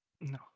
No